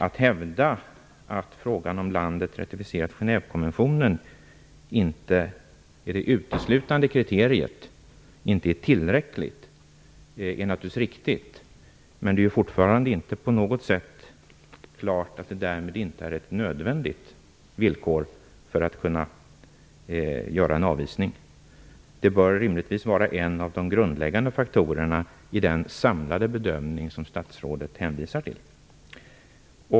Att hävda att frågan om landet ratificerat Genèvekonventionen inte är det uteslutande kriteriet, inte är tillräckligt, är naturligtvis riktigt. Men det är fortfarande inte på något sätt klart att det därmed inte är ett nödvändigt villkor för att kunna verkställa en avvisning. Det bör rimligtvis vara en av de grundläggande faktorerna i den samlade bedömning som statsrådet hänvisar till.